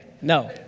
no